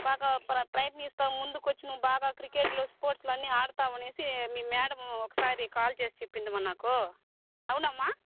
బాగా ప్రయత్నిస్తూ ముందుకు వచ్చి నువ్వు బాగా క్రికెట్లో స్పోర్ట్స్లో అన్ని ఆడతావనేసి మీ మేడము ఒకసారి కాల్ చేసి చెప్పిందమ్మా నాకు అవున్నామ్మా